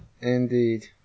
indeed